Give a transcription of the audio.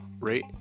rate